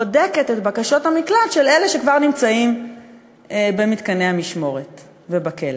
בודקת את בקשות המקלט של אלה שכבר נמצאים במתקני המשמורת ובכלא.